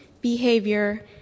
behavior